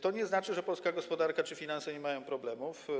To nie znaczy, że polska gospodarka czy finanse nie mają problemów.